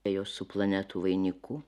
ėjau su planetų vainiku